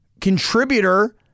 contributor